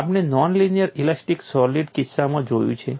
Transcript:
આપણે non linear elastic solid કિસ્સામાં જોયું છે